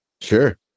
Sure